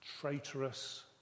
traitorous